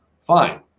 fine